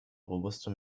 robuste